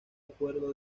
acuerdo